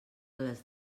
les